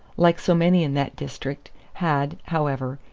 like so many in that district, had, however,